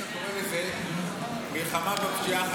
היית קורא לזה מלחמה בפשיעה החקלאית.